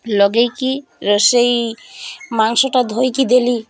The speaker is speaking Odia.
ଲଗାଇକି ରୋଷେଇ ମାଂସଟା ଧୋଇକି ଦେଲି